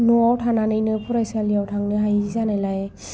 न'आव थानानैनो फरायसालियाव थांनो हायि जानायलाय